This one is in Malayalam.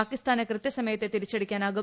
പാകിസ്ഥാന് കൃത്യസമയത്ത് തിരിച്ചടിക്കാനാകും